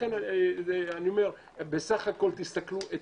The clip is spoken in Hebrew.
אני אומר מתעמרת,